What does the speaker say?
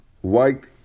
white